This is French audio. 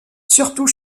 surtout